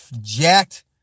jacked